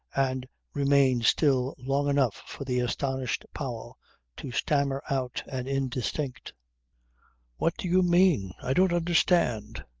and remained still long enough for the astonished powell to stammer out an indistinct what do you mean? i don't understand.